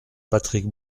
patrick